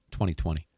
2020